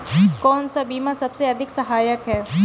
कौन सा बीमा सबसे अधिक सहायक है?